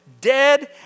dead